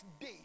day